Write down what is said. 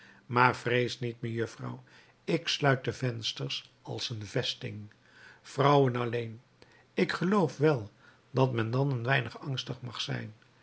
maar vrees niet mejuffrouw ik sluit de vensters als een vesting vrouwen alleen ik geloof wel dat men dan een weinig angstig mag zijn